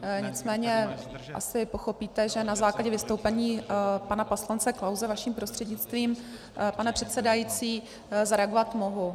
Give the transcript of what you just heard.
Nicméně asi pochopíte, že na základě vystoupení pana poslance Klause vaším prostřednictvím, pane předsedající, zareagovat mohu.